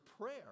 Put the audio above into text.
prayer